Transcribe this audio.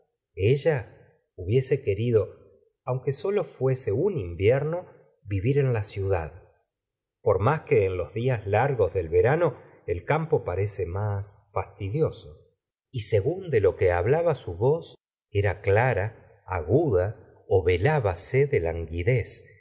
ella hubiese querido aunque sólo fuese un invierno vivir en la ciudad por más que en los días largos del verano el campo parece más fastidioso y según de lo que hablaba su voz era clara aguda velbase de languidez